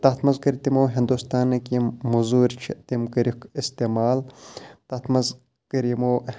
تَتھ منٛز کٔرۍ تِمو ہِندُستانٕکۍ یِم موٚزوٗرۍ چھِ تِم کٔرِکھ اِستعمال تَتھ منٛز کٔر یِمو